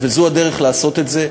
וזו הדרך לעשות את זה.